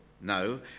No